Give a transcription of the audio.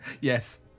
yes